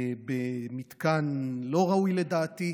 במתקן לא ראוי, לדעתי,